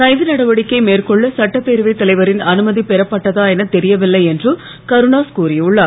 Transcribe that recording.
கைது நடவடிக்கை மேற்கொள்ள சட்டப்பேரவைத் தலைவரின் அனுமதி பெறப்பட்டதா என தெரியவில்லை என்று கருணாஸ் கூறியுள்ளார்